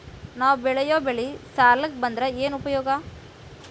ನಾವ್ ಬೆಳೆಯೊ ಬೆಳಿ ಸಾಲಕ ಬಂದ್ರ ಏನ್ ಉಪಯೋಗ?